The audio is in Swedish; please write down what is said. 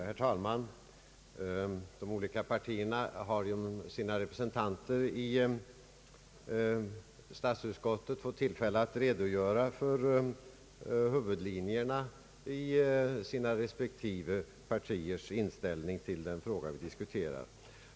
Herr talman! De olika partierna har genom sina representanter i statsutskottet fått tillfälle att redogöra för huvudlinjerna i sin inställning till den fråga vi nu diskuterar.